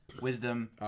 wisdom